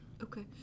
okay